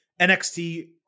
NXT